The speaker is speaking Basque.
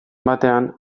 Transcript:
batean